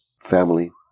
family